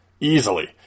Easily